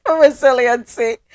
resiliency